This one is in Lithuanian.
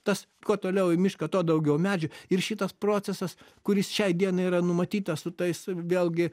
tas kuo toliau į mišką tuo daugiau medžių ir šitas procesas kuris šiai dienai yra numatytas sut tais vėlgi